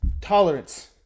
Tolerance